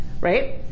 right